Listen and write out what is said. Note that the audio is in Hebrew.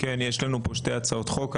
יש לנו פה שתי הצעות חוק.